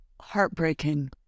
heartbreaking